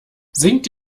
singt